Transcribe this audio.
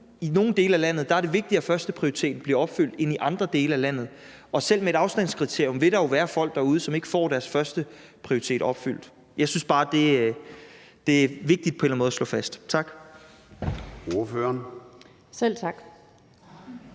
i nogle dele af landet er det vigtigere, at førsteprioriteten bliver opfyldt, end i andre dele af landet. Og selv med et afstandskriterium vil der jo være folk derude, som ikke får deres førsteprioritet opfyldt. Det synes jeg bare er vigtigt på en eller anden måde at slå fast. Tak.